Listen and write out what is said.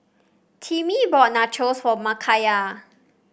Timmy bought Nachos for Makayla